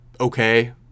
okay